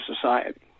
society